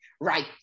right